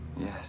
Yes